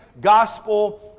gospel